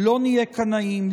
לא נהיה קנאים.